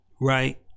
right